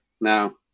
now